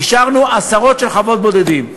אישרנו עשרות של חוות בודדים.